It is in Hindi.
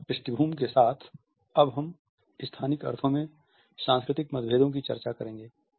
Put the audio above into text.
इस पृष्ठभूमि के साथ अब हम स्थानिक अर्थों में सांस्कृतिक मतभेदों की चर्चा करेंगे